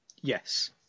Yes